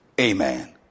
Amen